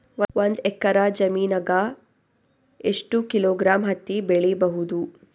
ಒಂದ್ ಎಕ್ಕರ ಜಮೀನಗ ಎಷ್ಟು ಕಿಲೋಗ್ರಾಂ ಹತ್ತಿ ಬೆಳಿ ಬಹುದು?